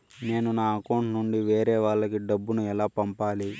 నేను నా అకౌంట్ నుండి వేరే వాళ్ళకి డబ్బును ఎలా పంపాలి?